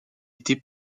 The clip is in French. été